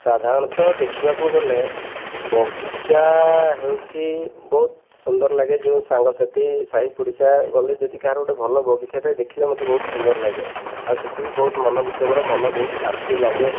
ସାଧାରଣତଃ ଦେଖିବାକୁ ଗଲେ ବଗିଚା ହେଉଛି ବହୁତ ସୁନ୍ଦର ଲାଗେ ଯେଉଁ ସାଙ୍ଗସାଥି ସାହି ପଡ଼ିଶା ଗଲେ ଯଦି କାହାର ଗୋଟେ ଭଲ ବଗିଚା ତ ଦେଖିଲେ ମତେ ବହୁତ ସୁନ୍ଦର ଲାଗେ ଆଉ ସେଇଠି ବି ବହୁତ ମନ ମୁଗ୍ଧକର ମନ ବହୁତ ଶାନ୍ତି ଲାଗେ